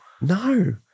No